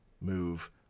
move